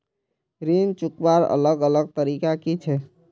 ऋण चुकवार अलग अलग तरीका कि छे?